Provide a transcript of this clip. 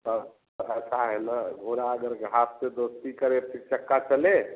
sir ऐसा है ना घोड़ा अगर घास से दोस्ती करे तो चक्का चले